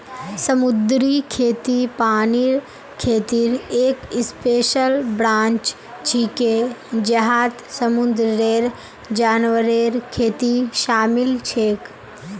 समुद्री खेती पानीर खेतीर एक स्पेशल ब्रांच छिके जहात समुंदरेर जानवरेर खेती शामिल छेक